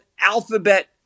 Alphabet